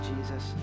Jesus